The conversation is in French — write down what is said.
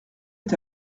est